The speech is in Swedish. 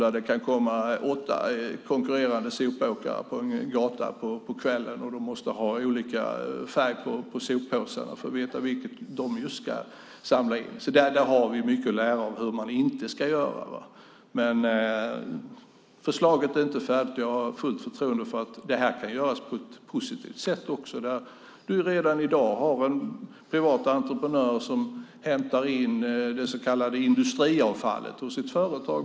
Där kan det komma åtta konkurrerande sopåkare på en gata på kvällen. Man måste ha olika färg på soppåsarna för att de ska veta vilket avfall de ska samla in. Där har vi mycket att lära om hur man inte ska göra. Förslaget är inte färdigt. Jag har fullt förtroende för att det här kan göras på ett positivt sätt. Redan i dag finns det privata entreprenörer som hämtar in det så kallade industriavfallet hos ett företag.